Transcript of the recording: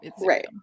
Right